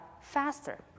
faster